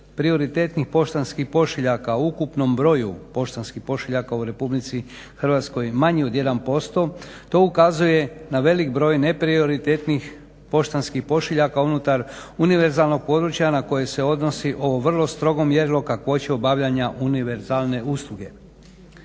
prioritetnih poštanskih pošiljaka u ukupnom broju poštanskih pošiljaka u RH manji od 1% to ukazuje na velik broj neprioritetnih pošiljaka unutar univerzalnog područja na koje se odnosi ovo vrlo strogo mjerilo kakvoće obavljanja univerzalne usluge.